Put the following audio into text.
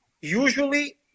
usually